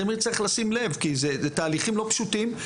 לפעמים צריך לשים לב כי זה תהליכים לא פשוטים,